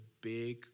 big